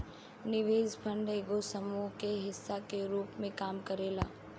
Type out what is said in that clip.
निवेश फंड एगो समूह के हिस्सा के रूप में काम करेला